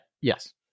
Yes